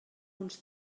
uns